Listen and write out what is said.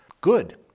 good